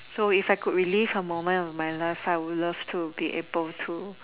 so if I could relive a moment of my life I would love to be able to